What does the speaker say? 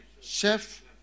Chef